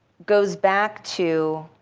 goes back to